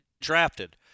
drafted